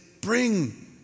bring